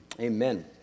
Amen